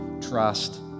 trust